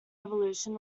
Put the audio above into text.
revolution